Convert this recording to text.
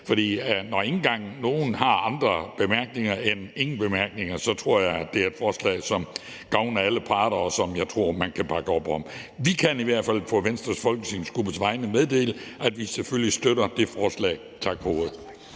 der ikke engang er nogen, der har andre bemærkninger end »ingen bemærkninger«, så tror jeg, det er et forslag, som gavner alle parter, og som jeg tror at man kan bakke op om. Vi kan i hvert fald fra Venstres folketingsgruppes side meddele, at vi selvfølgelig støtter forslaget. Tak for ordet.